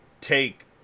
take